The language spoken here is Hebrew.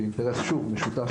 שהיא אינטרס משותף,